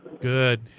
Good